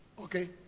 Okay